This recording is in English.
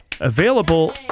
available